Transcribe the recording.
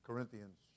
Corinthians